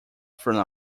thrown